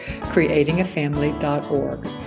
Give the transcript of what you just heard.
creatingafamily.org